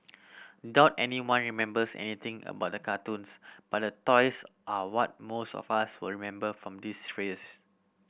doubt anyone remembers anything about the cartoons but the toys are what most of us will remember from this series